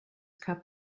cup